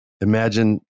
Imagine